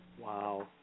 Wow